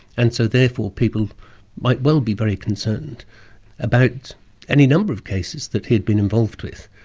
and so therefore people might well be very concerned about any number of cases that he had been involved with.